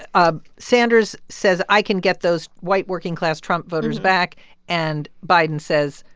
ah sanders says, i can get those white, working-class trump voters back and biden says,